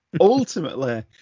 Ultimately